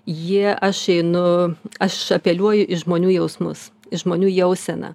jie aš einu aš apeliuoju į žmonių jausmus į žmonių jauseną